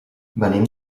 venim